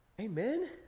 Amen